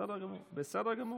בסדר גמור, בסדר גמור.